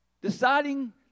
deciding